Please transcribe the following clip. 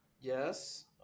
Yes